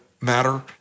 matter